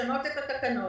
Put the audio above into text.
לשנות את התקנות,